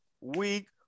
week